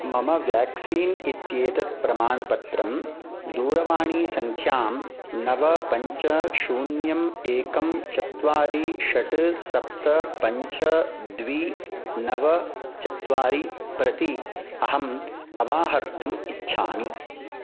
मम व्याक्सीन् इत्येतत् प्रमाणपत्रं दूरवाणीसङ्ख्यां नव पञ्च शून्यं एकम् चत्वारि षट् सप्त पञ्च द्वि नव चत्वारि प्रति अहम् अवाहर्तुम् इच्छामि